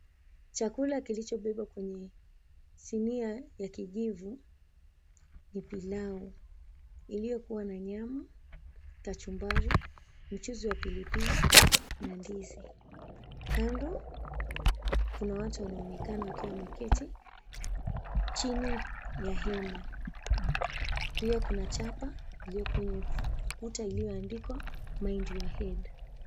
Chakula kilichobebwa kwenye sinia ya kijivu ni pilau iliyokuwa na nyama, kachumbari, mchuzi wa pilipili na ndizi. Kando kuna watu wanaonekana wakiwa wameketi chini ya hema. Pia kuna chapa iliyo kwenye ukuta iliyoandikwa, "Mind your head".